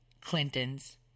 Clintons